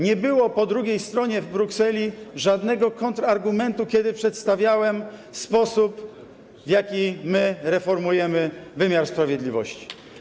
Nie było po drugiej stronie w Brukseli żadnego kontrargumentu, kiedy przedstawiałem sposób, w jaki reformujemy wymiar sprawiedliwości.